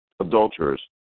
adulterers